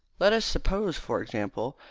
let us suppose, for example,